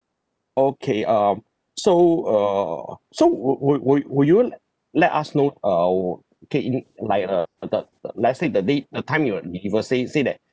okay um so uh so would would will y~ will you l~ let us know uh okay in like the the the let's say the day the time you deliver say say that